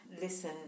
listen